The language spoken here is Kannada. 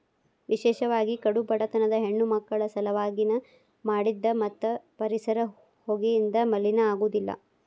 ವಿಶೇಷವಾಗಿ ಕಡು ಬಡತನದ ಹೆಣ್ಣಮಕ್ಕಳ ಸಲವಾಗಿ ನ ಮಾಡಿದ್ದ ಮತ್ತ ಪರಿಸರ ಹೊಗೆಯಿಂದ ಮಲಿನ ಆಗುದಿಲ್ಲ